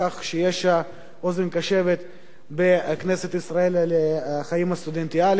שיש אוזן קשבת בכנסת ישראל לחיים הסטודנטיאליים.